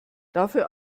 dafür